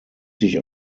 sich